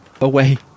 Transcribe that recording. away